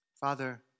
Father